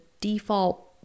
default